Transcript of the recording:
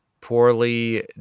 poorly